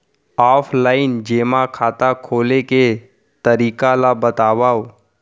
Offline जेमा खाता खोले के तरीका ल बतावव?